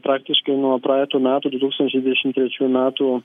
praktiškai nuo praeitų metų du tūkstančiai dvidešim trečiųjų metų